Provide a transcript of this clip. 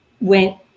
went